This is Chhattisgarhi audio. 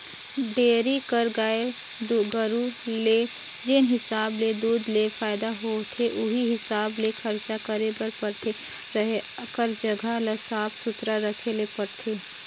डेयरी कर गाय गरू ले जेन हिसाब ले दूद ले फायदा होथे उहीं हिसाब ले खरचा करे बर परथे, रहें कर जघा ल साफ सुथरा रखे ले परथे